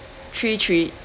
three three